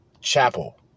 Chapel